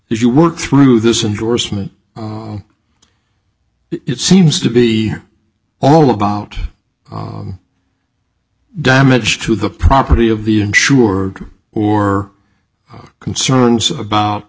if you work through this indorsement it seems to be all about damage to the property of the insured or concerns about